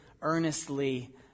earnestly